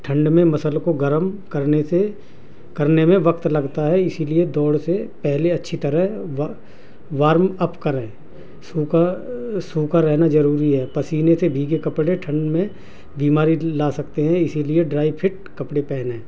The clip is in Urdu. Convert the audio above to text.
ٹھنڈ میں مسل کو گرم کرنے سے کرنے میں وقت لگتا ہے اسی لیے دوڑ سے پہلے اچھی طرح وارم اپ اپ کریں سوکھا سوکھا رہنا ضروری ہے پسینے سے بھیگے کپڑے ٹھنڈ میں بیماری لا سکتے ہیں اسی لیے ڈرائی فٹ کپڑے پہنیں